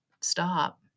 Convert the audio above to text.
stop